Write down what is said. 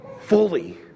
fully